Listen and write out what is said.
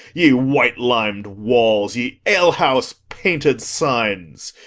ye white-lim'd walls! ye alehouse painted signs!